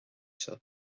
seo